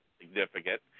significant